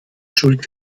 schuld